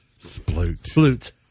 Sploot